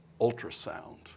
ultrasound